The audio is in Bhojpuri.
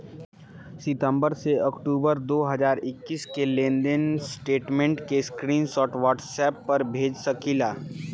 सितंबर से अक्टूबर दो हज़ार इक्कीस के लेनदेन स्टेटमेंट के स्क्रीनशाट व्हाट्सएप पर भेज सकीला?